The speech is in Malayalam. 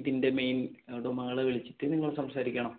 ഇതിൻ്റെ വിളിച്ചിട്ടു നിങ്ങള് സംസാരിക്കണം